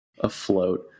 afloat